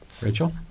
Rachel